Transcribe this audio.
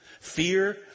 Fear